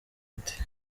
ati